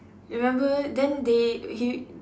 remember then they he